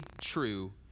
true